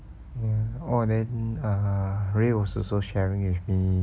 orh then ray was also sharing with me